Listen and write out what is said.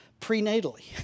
prenatally